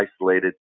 isolated